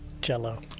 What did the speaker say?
jello